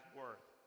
worth